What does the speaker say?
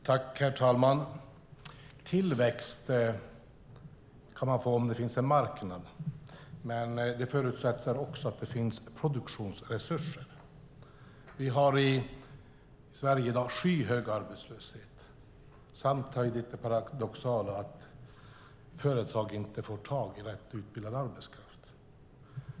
Herr talman! Tillväxt kan vi få om det finns en marknad, men det förutsätter också att det finns produktionsresurser. Vi har i dag skyhög arbetslöshet i Sverige. Samtidigt har vi den paradoxala situationen att företag inte får tag i rätt utbildad arbetskraft.